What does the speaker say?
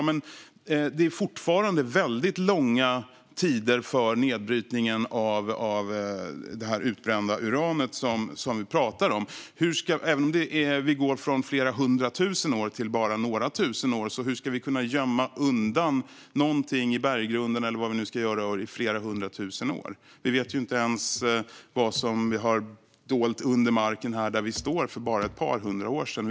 Men det är ju fortfarande långa tider för nedbrytning av det utbrända uranet som vi pratar om, även om vi går från flera hundra tusen år till bara några tusen år. Hur ska vi kunna gömma undan något i berggrunden eller vad vi nu ska göra i flera hundra tusen år? Vi vet ju inte ens vad som doldes under marken här där vi står för bara ett par hundra år sedan.